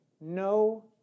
no